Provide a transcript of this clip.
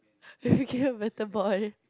you became a better boy